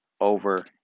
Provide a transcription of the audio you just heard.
over